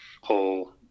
whole